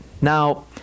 Now